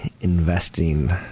investing